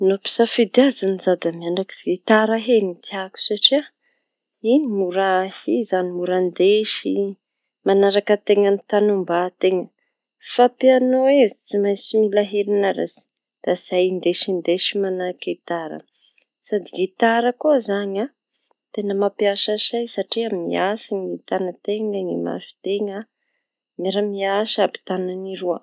No ampisafidy izañy zaho zan da mianatsy gitara a no tiako satria iñy mora ndesiñy manaraka an-teña amy tany omban-teña fa pianô tsio tsy maintsy mila herinaratsy da tsy hay hindesindesy manahky gitara sady gitara koa izañy.